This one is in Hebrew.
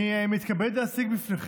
אני לא אישרתי.